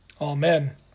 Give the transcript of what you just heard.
Amen